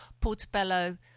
Portobello